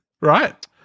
right